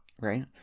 right